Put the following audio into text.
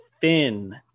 thin